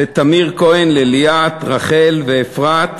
לטמיר כהן, לליאת, רחל ואפרת,